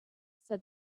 said